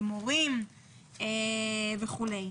למורים וכו'.